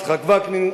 יצחק וקנין,